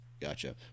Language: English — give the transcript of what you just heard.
Gotcha